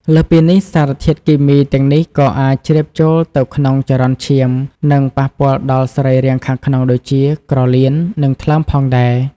លើសពីនេះ សារធាតុគីមីទាំងនេះក៏អាចជ្រាបចូលទៅក្នុងចរន្តឈាម និងប៉ះពាល់ដល់សរីរាង្គខាងក្នុងដូចជា ក្រលៀន និងថ្លើមផងដែរ។